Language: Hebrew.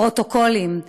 פרוטוקולים,